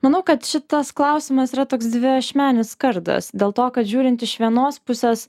manau kad šitas klausimas yra toks dviašmenis kardas dėl to kad žiūrint iš vienos pusės